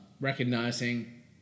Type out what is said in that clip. recognizing